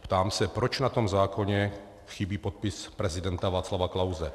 Ptám se, proč na tom zákoně chybí podpis prezidenta Václava Klause.